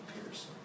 appears